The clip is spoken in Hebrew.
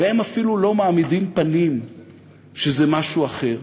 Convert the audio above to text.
והם אפילו לא מעמידים פנים שזה משהו אחר.